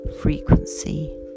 frequency